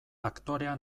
aktorea